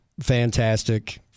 fantastic